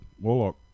warlock